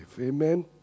Amen